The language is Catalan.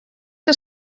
que